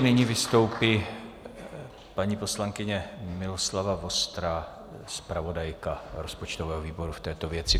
Nyní vystoupí paní poslankyně Miloslava Vostrá, zpravodajka rozpočtového výboru v této věci.